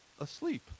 asleep